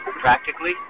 practically